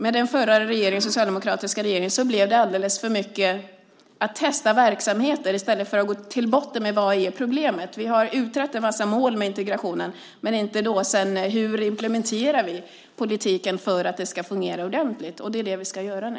Med den förra, socialdemokratiska, regeringen handlade det alldeles för mycket om att testa verksamheter i stället för att gå till botten med det som var problemet. Vi har utrett en mängd mål med integrationen, men inte hur vi sedan implementerar politiken för att den ska fungera ordentligt. Det är det vi ska göra nu.